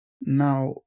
Now